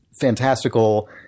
fantastical